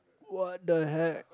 what the heck